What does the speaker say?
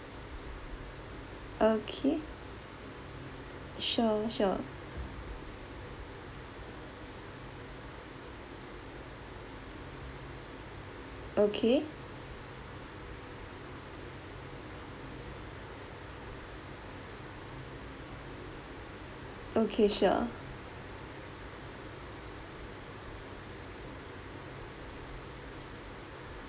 okay sure sure okay okay sure